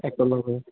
একেলগে